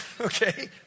Okay